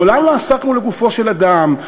מעולם לא עסקנו לגופו של אדם,